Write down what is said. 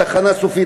תחנה סופית,